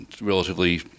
relatively